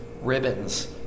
ribbons